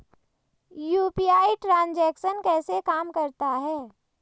UPI transaction कैसे काम करता है?